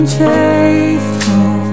faithful